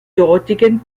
dortigen